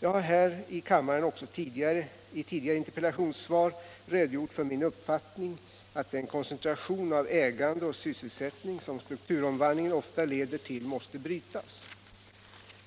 Jag har här i kammaren också i tidigare interpellationssvar redogjort för min uppfattning att den koncentration av ägande och sysselsättning som strukturomvandlingen ofta leder till måste brytas.